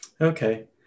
okay